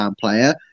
player